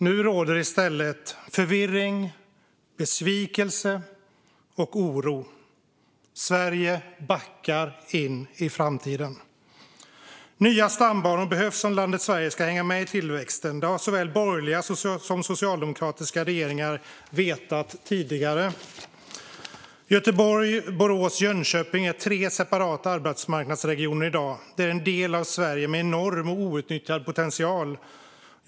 Nu råder i stället förvirring, besvikelse och oro. Sverige backar in i framtiden. Nya stambanor behövs om landet Sverige ska hänga med i tillväxten. Detta har såväl borgerliga som socialdemokratiska regeringar vetat tidigare. Göteborg, Borås och Jönköping är tre separata arbetsmarknadsregioner i dag. Det är en del av Sverige som har en enorm outnyttjad potential.